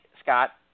Scott